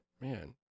Man